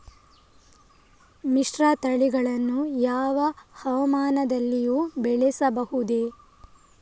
ಮಿಶ್ರತಳಿಗಳನ್ನು ಯಾವ ಹವಾಮಾನದಲ್ಲಿಯೂ ಬೆಳೆಸಬಹುದೇ?